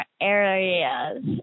areas